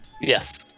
yes